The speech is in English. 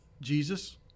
Jesus